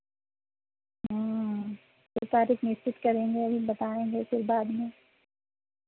हाँ कोई तारीख निश्चित करेंगे अभी बताएँगे फिर बाद में